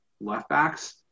left-backs